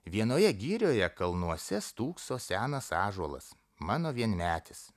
vienoje girioje kalnuose stūkso senas ąžuolas mano vienmetis